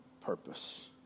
purpose